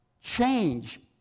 Change